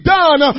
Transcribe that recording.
done